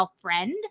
friend